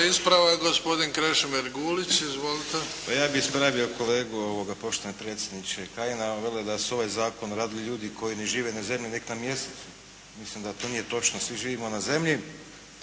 Ispravak, gospodin Krešimir Gulić. Izvolite. **Gulić, Krešimir (HDZ)** Ja bih ispravio kolegu poštovani predsjedniče, Kajina. On veli da su ovaj zakon radili ljudi koji ne žive na zemlji nek' na mjesecu. Mislim da to nije točno. Svi živimo na zemlji.